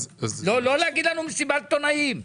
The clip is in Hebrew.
לא להגיד לנו מסיבת עיתונאים.